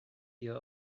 your